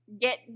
get